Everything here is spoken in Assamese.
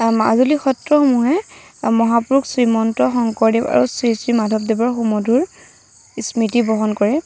মাজুলী সত্ৰসমূহে মহাপুৰুষ শ্ৰীমন্ত শংকৰদেৱৰ সৃষ্টি মাধৱদেৱৰ সুমধুৰ স্মৃতি বহন কৰে